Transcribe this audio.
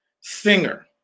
singer